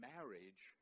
Marriage